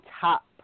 top